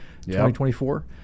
2024